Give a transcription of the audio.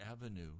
avenue